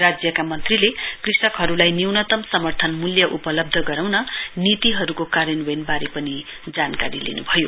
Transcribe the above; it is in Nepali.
राज्यका मन्त्रीले कृषकहरूलाई न्यूनतम समर्थन मूल्य उपलब्ध गराउन नीतिहरूको कार्यान्वयवनबारे पनि जानकारी लिनुभयो